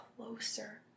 closer